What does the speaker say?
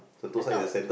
I thought